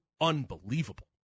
unbelievable